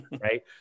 Right